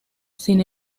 sin